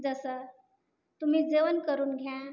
जसं तुम्ही जेवण करून घ्या